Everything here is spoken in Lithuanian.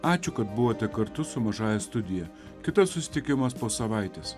ačiū kad buvote kartu su mažąja studija kitas susitikimas po savaitės